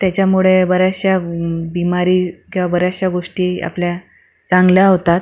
त्याच्यामुडे बऱ्याचशा गुं बीमारी किंवा बऱ्याचशा गोष्टी आपल्या चांगल्या होतात